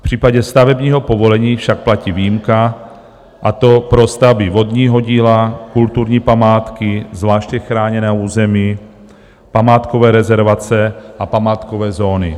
V případě stavebního povolení však platí výjimka, a to pro stavby vodního díla, kulturní památky, zvláště chráněného území památkové rezervace a památkové zóny.